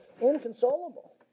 inconsolable